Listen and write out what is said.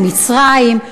עם מצרים,